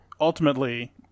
ultimately